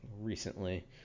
recently